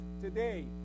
today